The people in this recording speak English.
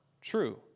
true